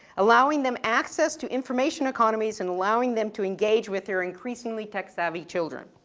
allowing them access to information economies and allowing them to engage with their increasingly tech-savvy children.